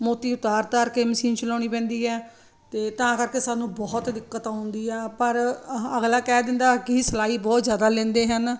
ਮੋਤੀ ਉਤਾਰ ਤਾਰ ਕੇ ਮਸ਼ੀਨ ਚਲਾਉਣੀ ਪੈਂਦੀ ਹੈ ਅਤੇ ਤਾਂ ਕਰਕੇ ਸਾਨੂੰ ਬਹੁਤ ਦਿੱਕਤ ਆਉਂਦੀ ਆ ਪਰ ਅਗਲਾ ਕਹਿ ਦਿੰਦਾ ਕਿ ਸਿਲਾਈ ਬਹੁਤ ਜ਼ਿਆਦਾ ਲੈਂਦੇ ਹਨ